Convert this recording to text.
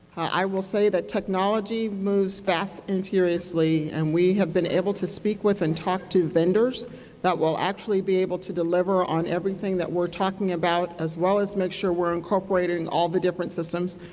i will say that technology moves fast and furiously, and we have been able to speak with and talk to vendors that will actually be able to deliver on everything that we are talking about, as well as make sure we are incorporating all of the different systems.